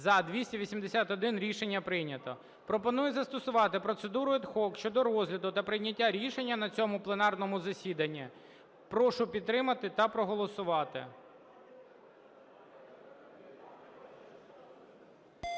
За – 281 Рішення прийнято. Пропоную застосувати процедуру ad hoc щодо розгляду на прийняття рішення на цьому пленарному засіданні. Прошу підтримати та проголосувати.